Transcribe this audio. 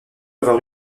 avoir